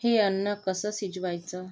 हे अन्न कसं शिजवायचं